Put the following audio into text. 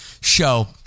show